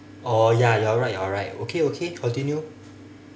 oh ya you're right you're right okay okay continue